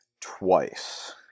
twice